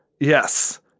Yes